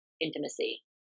intimacy